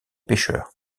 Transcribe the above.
pêcheur